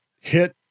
hit